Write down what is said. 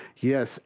Yes